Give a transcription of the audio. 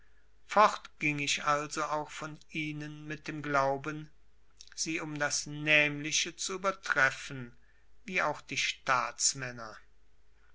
fort ging ich also auch von ihnen mit dem glauben sie um das nämliche zu übertreffen wie auch die staatsmänner